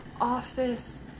office